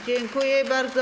Dziękuję bardzo.